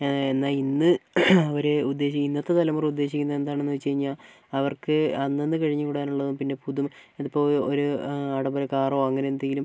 എന്നാൽ ഇന്ന് അവര് ഉദ്ദേശിക്കുന്ന ഇന്നത്തെ തലമുറ ഉദ്ദേശിക്കുന്ന എന്താണെന്ന് വെച്ച് കഴിഞ്ഞാൽ അവർക്ക് അന്നന്ന് കഴിഞ്ഞുകൂടാനുള്ളതും പിന്നെ പുതു ഇതിപ്പോ ഒരു ആഡംബര കാറോ അങ്ങനെയെന്തെങ്കിലും